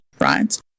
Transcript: right